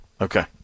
Okay